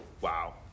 Wow